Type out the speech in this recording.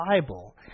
Bible